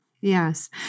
Yes